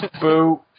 Boo